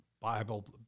Bible